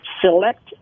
select